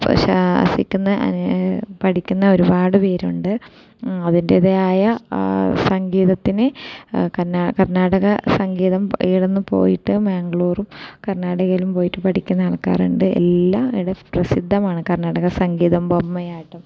ശാസിക്കുന്നത് പഠിക്കുന്ന ഒരുപാട് പേരുണ്ട് അതിൻ്റെതായ സംഗീതത്തിന് കർണാടക സംഗീതം ഇവിടെ നിന്ന് പോയിട്ട് മാംഗ്ലൂറും കർണാടകയിലും പോയിട്ട് പഠിക്കുന്ന ആൾക്കാറുണ്ട് എല്ലാം ഇവിടേയും പ്രസിദ്ധമാണ് കർണാടക സംഗീതം ബോമ്മയാട്ടം